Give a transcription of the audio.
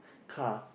car